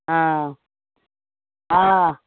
हँ हँ